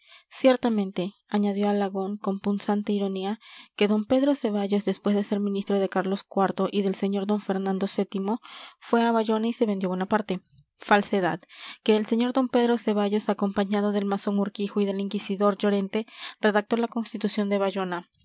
ciertamente añadió alagón con punzante ironía que d pedro ceballos después de ser ministro de carlos iv y del sr d fernando vii fue a bayona y se vendió a bonaparte falsedad que el sr d pedro ceballos acompañado del masón urquijo y del inquisidor llorente redactó la constitución de bayona